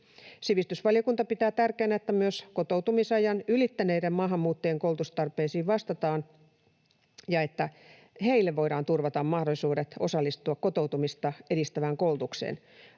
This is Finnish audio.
Sivistysvaliokunta pitää tärkeänä, että myös kotoutumisajan ylittäneiden maahanmuuttajien koulutustarpeisiin vastataan ja että heille voidaan turvata mahdollisuudet osallistua kotoutumista edistävään koulutukseen.